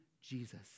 Jesus